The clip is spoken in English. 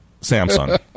Samsung